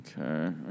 Okay